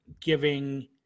giving –